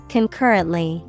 Concurrently